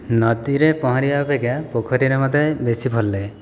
ନଦୀରେ ପହଁରିବା ଅପେକ୍ଷା ପୋଖରୀରେ ମୋତେ ବେଶୀ ଭଲ ଲାଗେ